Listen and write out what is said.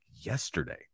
yesterday